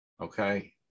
Okay